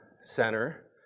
Center